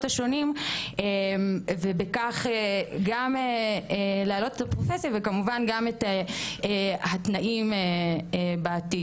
השונים ובכך גם להעלות את הפרופסיה וכמובן גם את התנאים בעתיד.